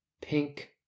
pink